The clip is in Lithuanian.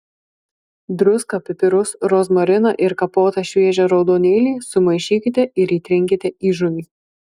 druską pipirus rozmariną ir kapotą šviežią raudonėlį sumaišykite ir įtrinkite į žuvį